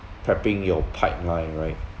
prepping your pipeline right